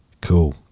Cool